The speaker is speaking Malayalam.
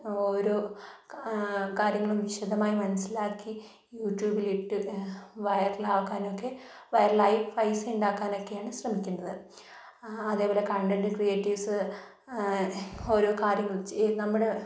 ഓരോ കാര്യങ്ങളും വിശദമായി മനസ്സിലാക്കി യൂട്യൂബിലിട്ട് വയറൽ അക്കാനൊക്കെ വയറലായി പൈസ ഉണ്ടാക്കാനൊക്കെയാണ് ശ്രമിക്കുന്നത് അതേപോലെ കണ്ടെൻ്റ് ക്രീയേറ്റീവ്സ് ഓരോ കാര്യങ്ങളും നമ്മുടെ